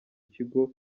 kigo